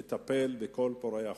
לטפל בכל פורעי החוק.